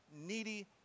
needy